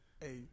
Hey